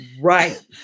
right